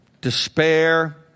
despair